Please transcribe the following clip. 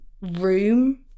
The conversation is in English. room